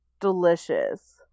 delicious